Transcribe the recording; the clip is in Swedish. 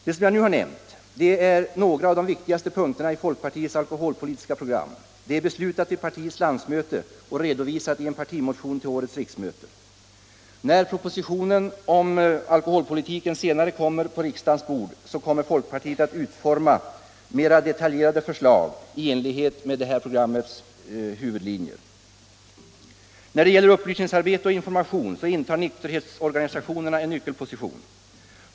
Det jag nu nämnt är några av de viktigaste punkterna i folkpartiets alkoholpolitiska program, beslutat vid partiets landsmöte och redovisat i en partimotion till årets riksmöte. När propositionen om alkoholpolitiken senare i år kommer på riksdagens bord kommer folkpartiet att utforma mera detaljerade förslag i enlighet med programmets riktlinjer. När det gäller upplysningsarbete och information intar nykterhetsorganisationerna en nyckelposition.